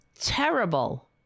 terrible